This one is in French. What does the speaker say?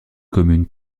commune